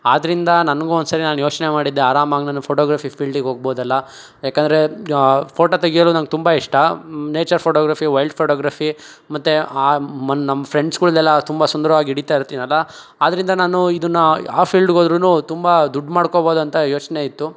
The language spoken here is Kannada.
ಆದ್ದರಿಂದ ನನಗೂ ಒಂದ್ಸರಿ ನಾನು ಯೋಚನೆ ಮಾಡಿದ್ದೆ ಆರಾಮಾಗಿ ನನಗೆ ಫೋಟೋಗ್ರಫಿ ಫೀಲ್ಡಿಗೋಗ್ಬೋದಲ್ಲ ಏಕೆಂದ್ರೆ ಫೋಟೋ ತೆಗಿಯಲು ನಂಗೆ ತುಂಬ ಇಷ್ಟ ನೇಚರ್ ಫೋಟೋಗ್ರಫಿ ವೈಲ್ಡ್ ಫೋಟೋಗ್ರಫಿ ಮತ್ತು ಮ ನಮ್ಮ ಫ್ರೆಂಡ್ಸ್ಗಳದ್ದೆಲ್ಲ ತುಂಬ ಸುಂದರವಾಗಿ ಹಿಡೀತಾಯಿರ್ತೀನಲ್ಲ ಆದ್ದರಿಂದ ನಾನು ಇದನ್ನು ಆ ಫೀಲ್ಡ್ಗೋದ್ರೂ ತುಂಬ ದುಡ್ಡು ಮಾಡ್ಕೊಳ್ಬೋದಂತ ಯೋಚನೆ ಇತ್ತು